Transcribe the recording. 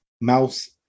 mouse